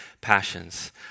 passions